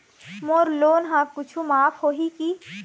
मोर loan हा कुछू माफ होही की?